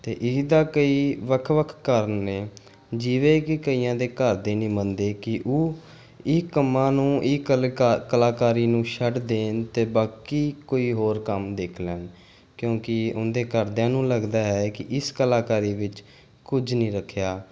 ਅਤੇ ਇਹ ਦਾ ਕਈ ਵੱਖ ਵੱਖ ਕਾਰਨ ਨੇ ਜਿਵੇਂ ਕਿ ਕਈਆਂ ਦੇ ਘਰ ਦੇ ਨਹੀਂ ਮੰਨਦੇ ਕਿ ਉਹ ਇਹ ਕੰਮਾਂ ਨੂੰ ਇਹ ਕਲ ਕਾ ਕਲਾਕਾਰੀ ਨੂੰ ਛੱਡ ਦੇਣ ਅਤੇ ਬਾਕੀ ਕੋਈ ਹੋਰ ਕੰਮ ਦੇਖ ਲੈਣ ਕਿਉਂਕਿ ਉਹਨਾਂ ਦੇ ਘਰਦਿਆਂ ਨੂੰ ਲੱਗਦਾ ਹੈ ਕਿ ਇਸ ਕਲਾਕਾਰ ਵਿੱਚ ਕੁਝ ਨਹੀਂ ਰੱਖਿਆ